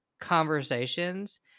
conversations